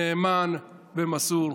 נאמן ומסור.